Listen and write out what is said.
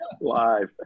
live